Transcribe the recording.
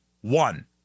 one